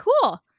cool